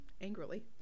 angrily